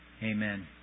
Amen